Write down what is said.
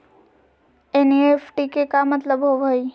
NEFT के का मतलव होव हई?